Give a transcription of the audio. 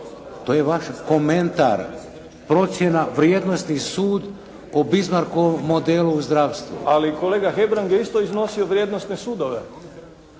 To je vaš komentar. Procjena, vrijednosni sud o Bismarckovu modelu u zdravstvu. **Flego, Gvozden Srećko (SDP)** Ali kolega Hebrang je isto iznosio vrijednosne sudove.